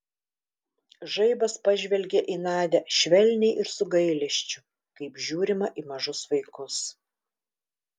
žaibas pažvelgė į nadią švelniai ir su gailesčiu kaip žiūrima į mažus vaikus